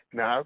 Now